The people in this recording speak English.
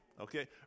Okay